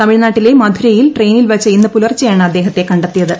തമിഴ്നാട്ടിലെ മധുരയിൽ ട്രെയിനിൽ വച്ച് ഇന്ന് പുലർച്ചെയാണ് അദ്ദേഹത്തെ കണ്ടെത്തിയത്